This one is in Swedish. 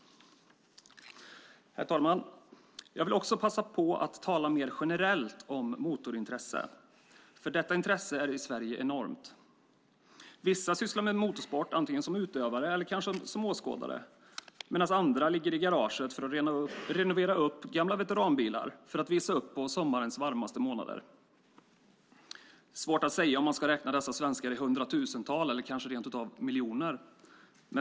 Herr talman! Jag vill också passa på att tala mer generellt om motorintresse. Detta intresse är enormt i Sverige. Vissa sysslar med motorsport som utövare eller kanske åskådare, andra ligger i garaget för att renovera gamla veteranbilar för att visa upp dem på sommarens varmaste månader. Det är svårt att säga om man ska räkna dessa svenskar i hundratusental eller kanske rent utav miljoner.